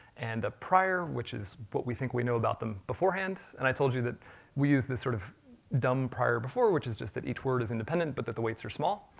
and a prior, which is what we think we know about them beforehand, and i told you that we use this sort of dumb prior before, which is just that each word is independent, but that the weights are small,